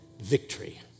Victory